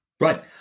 Right